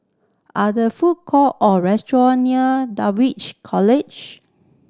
are the food court or restaurant near Dulwich College